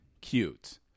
cute